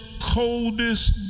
coldest